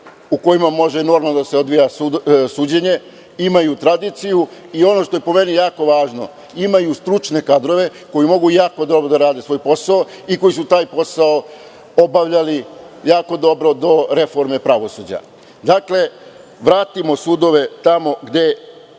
u kojima može normalno da se odvija suđenje. Imaju tradiciju i ono što je po meni jako važno, imaju stručne kadrove koji mogu jako dobro da rade svoj posao i koji su taj posao obavljali jako dobro do reforme pravosuđa. Dakle, vratimo sudove tamo gde